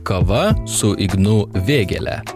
kava su ignu vėgėle